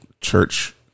church